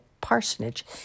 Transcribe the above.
parsonage